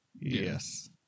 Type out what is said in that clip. Yes